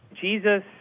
Jesus